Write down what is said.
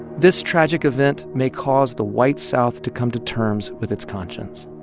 this tragic event may cause the white south to come to terms with its conscience.